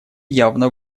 явно